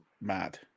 mad